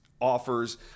offers